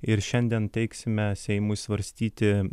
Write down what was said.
ir šiandien teiksime seimui svarstyti